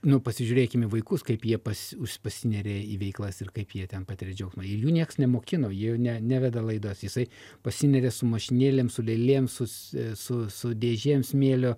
nu pasižiūrėkim į vaikus kaip jie pasiu pasineria į veiklas ir kaip jie ten patiria džiaugsmą ir jų nieks nemokino jie ne neveda laidas jisai pasineria su mašinėlėm su lėlėm su su su dėžėm smėlio